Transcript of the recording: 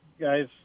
guys